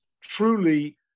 truly